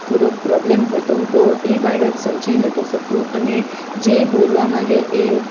થોડોક પ્રોબ્લેમ હતો તો એ બાળક સમજી નહોતું શકતું અને જે બોલવા માંગે એ